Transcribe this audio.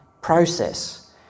process